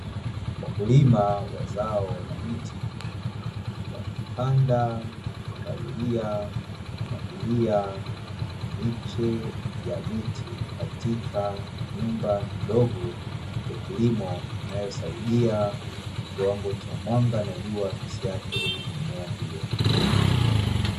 wakulima wa zao la miti wakipanda, kupalilia, kumwagilia miche ya miti katika nyumba ndogo ya kilimo inayosaidia kiwango cha mwanga na jua visiathiri mimea hiyo.